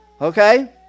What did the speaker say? Okay